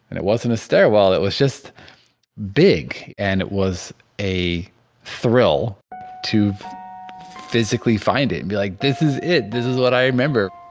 and it wasn't a stairwell, it was just big! and it was a thrill to physically find it and be like, this is it. this is what i remember.